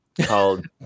called